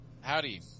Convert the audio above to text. Howdy